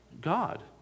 God